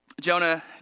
Jonah